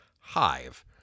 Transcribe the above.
HIVE